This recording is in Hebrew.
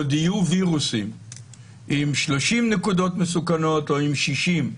עוד יהיו וירוסים עם 30 נקודות מסוכנות או עם 60,